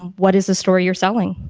what is the story you're selling?